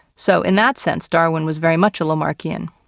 so in that sense darwin was very much a lamarckian.